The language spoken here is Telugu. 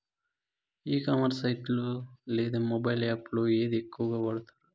ఈ కామర్స్ సైట్ లో లేదా మొబైల్ యాప్ లో ఏది ఎక్కువగా వాడుతారు?